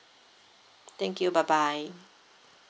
thank you bye bye